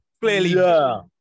clearly